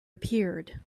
appeared